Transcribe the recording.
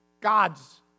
God's